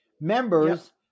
members